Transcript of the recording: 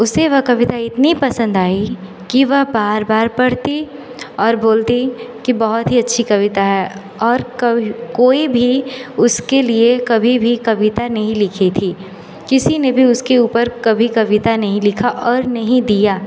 उसे वह कविता इतनी पसंद आई कि वह बार बार पढ़ती और बोलती कि बहुत ही अच्छी कविता है और कब कोई भी उसके लिए कभी भी कविता नहीं लिखी थी किसी ने भी उसके ऊपर कभी कविता नहीं लिखा और नहीं दिया